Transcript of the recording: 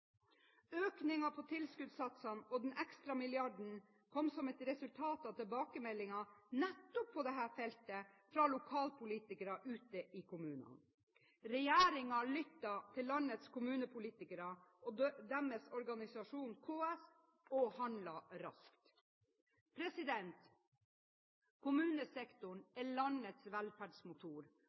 Økningen på tilskuddssatsene og den ekstra milliarden kom som et resultat av tilbakemeldinger nettopp på dette feltet fra lokalpolitikere ute i kommunene. Regjeringen lyttet til landets kommunepolitikere og deres organisasjon KS, og handlet raskt. Kommunesektoren er landets velferdsmotor